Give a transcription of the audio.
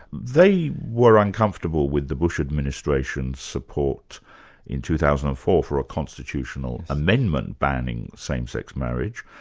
they were uncomfortable with the bush administration's support in two thousand and four for a constitutional amendment banning same-sex marriage.